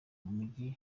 mujyi